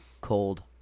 cold